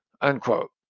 Unquote